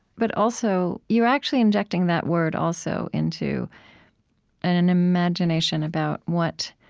but also, you're actually injecting that word, also, into an an imagination about what